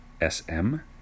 S-M